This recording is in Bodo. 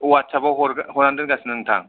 वाथसाबाव हरगोन हरनानै दोनगासिनो नोंथां